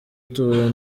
utuwe